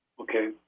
Okay